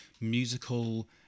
musical